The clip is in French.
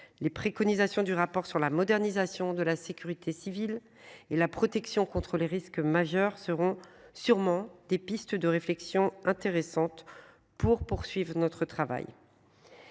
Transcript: Les préconisations du rapport sur la modernisation de la sécurité civile et la protection contre les risques majeurs seront sûrement des pistes de réflexion intéressante pour poursuivre notre travail.